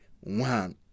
one